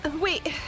Wait